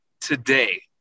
today